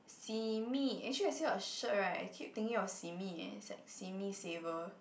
simi actually I see your shirt right I keep thinking of simi eh it's like simi saver